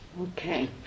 Okay